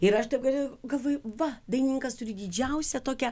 ir aš taip galiu galvoju va dainininkas turi didžiausią tokią